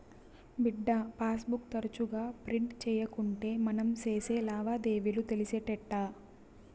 బిడ్డా, passbook తరచుగా print తీయకుంటే మనం సేసే లావాదేవీలు తెలిసేటెట్టా